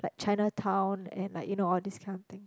like Chinatown and like you know all these kind of thing